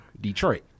Detroit